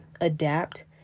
adapt